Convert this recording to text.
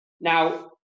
Now